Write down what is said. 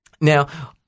Now